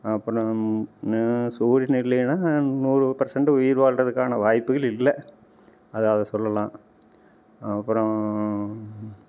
அப்புறம் சூரியன் இல்லைனா நூறு பர்சன்ட்டு உயிர் வாழ்கிறதுக்கான வாய்ப்புகள் இல்லை அதை அதை சொல்லலாம் அப்புறம்